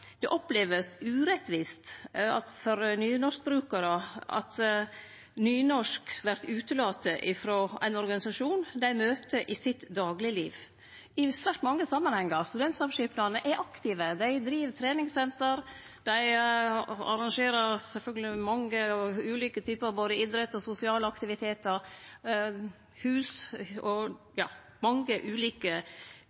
vert opplevd urettvist for nynorskbrukarar at nynorsk vert utelate frå ein organisasjon dei møter i dagleglivet i svært mange samanhengar. Studentsamskipnadene er aktive – dei driv treningssenter, dei arrangerer mange ulike typar idrettsaktivitetar og sosiale aktivitetar.